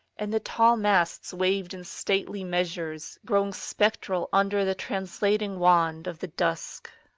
and the tall masts waved in stately measures, growing spectral under the translating wand of the dusk.